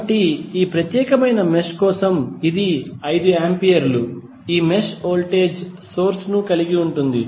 కాబట్టి ఈ ప్రత్యేకమైన మెష్ కోసం ఇది 5 ఆంపియర్ లు ఈ మెష్ వోల్టేజ్ సోర్స్ ను కలిగి ఉంటుంది